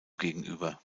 gegenüber